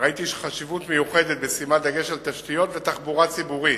ראיתי חשיבות מיוחדת בשימת דגש על תשתיות ועל תחבורה ציבורית.